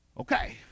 Okay